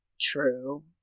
True